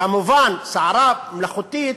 כמובן, סערה מלאכותית,